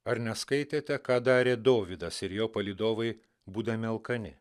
ar neskaitėte ką darė dovydas ir jo palydovai būdami alkani